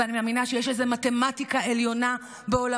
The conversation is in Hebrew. ואני מאמינה שיש איזה מתמטיקה עליונה בעולמות